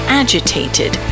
agitated